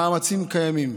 המאמצים קיימים.